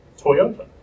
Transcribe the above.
Toyota